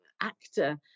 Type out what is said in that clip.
actor